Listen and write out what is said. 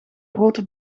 grote